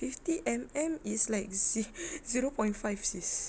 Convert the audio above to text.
fifty M_M is like zero point five sis